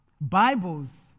Bibles